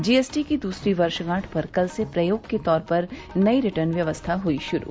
जी S T की दूसरी वर्षगांठ पर कल से प्रयोग के तौर पर नई रिटर्न व्यवस्था हुई शुरू